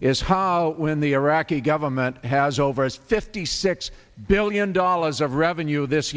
is how when the iraqi government has over us fifty six billion dollars of revenue this